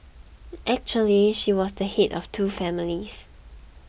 actually she was the head of two families